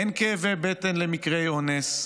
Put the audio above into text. אין כאבי בטן למקרי אונס,